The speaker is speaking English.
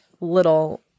little